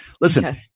Listen